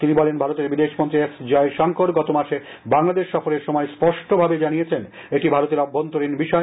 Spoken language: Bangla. তিনি বলেন ভারতের বিদেশমন্ত্রী এস জয়শংকর গতমাসে বাংলাদেশ সফরের সময় স্পষ্ট ভাবে জানিয়েছেন এটি ভারতের অভ্যন্তরীণ বিষয়